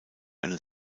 einen